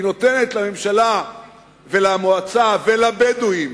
היא נותנת לממשלה ולמועצה ולבדואים